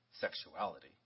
sexuality